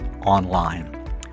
online